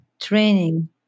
training